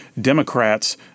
Democrats